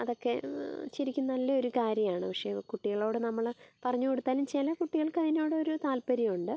അതൊക്കെ ശരിക്കും നല്ല ഒരു കാര്യമാണ് പക്ഷേ കുട്ടികളോട് നമ്മൾ പറഞ്ഞ് കൊടുത്താലും ചില കുട്ടികൾക്ക് അതിനോടൊരു താൽപ്പര്യമുണ്ട്